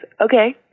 okay